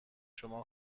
شما